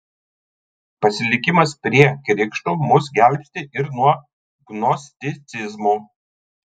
pasilikimas prie krikšto mus gelbsti ir nuo gnosticizmo